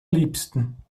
liebsten